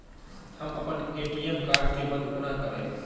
हम अप्पन ATM card केँ बंद कोना करेबै?